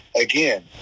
Again